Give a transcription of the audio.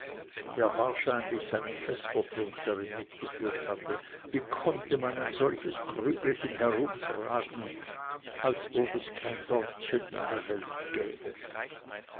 der wahrscheinlich seinen vespertrunk darin mitgeführt hatte wie konnte man ein solches krügelchen herumtragen als ob es kein dortchen in der welt gäbe